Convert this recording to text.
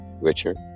Richard